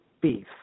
Beef